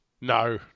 No